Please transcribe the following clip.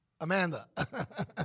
Amanda